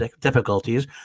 difficulties